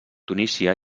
tunísia